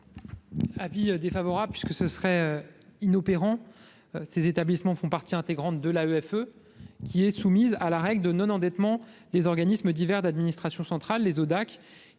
est défavorable. Le dispositif serait inopérant : ces établissements font partie intégrante de l'AEFE qui est soumise à la règle de non-endettement des organismes divers d'administration centrale (ODAC)